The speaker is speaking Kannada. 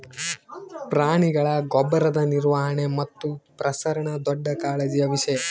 ಪ್ರಾಣಿಗಳ ಗೊಬ್ಬರದ ನಿರ್ವಹಣೆ ಮತ್ತು ಪ್ರಸರಣ ದೊಡ್ಡ ಕಾಳಜಿಯ ವಿಷಯ